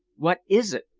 what is it?